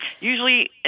Usually